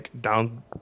down